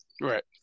Right